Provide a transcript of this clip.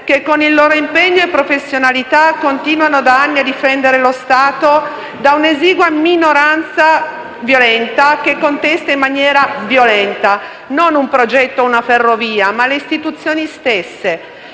che, con il loro impegno e professionalità, continuano da anni a difendere lo Stato da un'esigua minoranza violenta, che contesta in maniera violenta, non un progetto o una ferrovia, ma le istituzioni stesse,